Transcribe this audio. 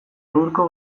hurko